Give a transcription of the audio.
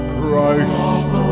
Christ